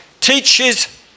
teaches